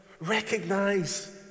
recognize